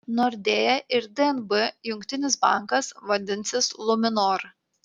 nordea ir dnb jungtinis bankas vadinsis luminor